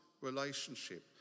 relationship